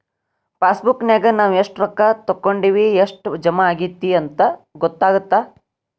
ಪಾಸಬುಕ್ನ್ಯಾಗ ನಾವ ಎಷ್ಟ ರೊಕ್ಕಾ ತೊಕ್ಕೊಂಡಿವಿ ಎಷ್ಟ್ ಜಮಾ ಆಗೈತಿ ಅಂತ ಗೊತ್ತಾಗತ್ತ